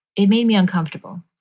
it made me uncomfortable.